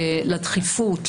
לדחיפות,